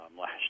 Last